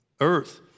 earth